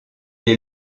est